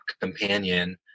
companion